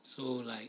so like